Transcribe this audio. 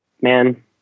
Man